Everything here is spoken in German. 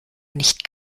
nicht